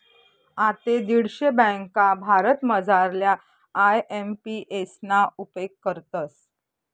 आते दीडशे ब्यांका भारतमझारल्या आय.एम.पी.एस ना उपेग करतस